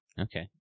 Okay